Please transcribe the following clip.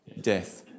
Death